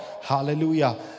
Hallelujah